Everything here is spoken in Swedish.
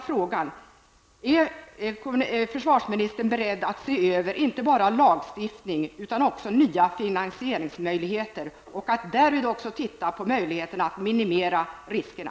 Är försvarsministern beredd att se över inte bara lagstiftning utan även nya finansieringsmöjligheter och därvid också titta på möjligheterna att minimera riskerna?